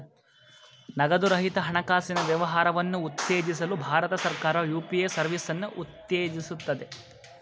ನಗದು ರಹಿತ ಹಣಕಾಸಿನ ವ್ಯವಹಾರವನ್ನು ಉತ್ತೇಜಿಸಲು ಭಾರತ ಸರ್ಕಾರ ಯು.ಪಿ.ಎ ಸರ್ವಿಸನ್ನು ಉತ್ತೇಜಿಸುತ್ತದೆ